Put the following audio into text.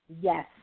Yes